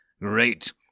Great